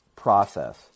process